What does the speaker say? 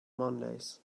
mondays